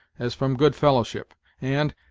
as from good fellowship, and,